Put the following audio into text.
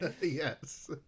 yes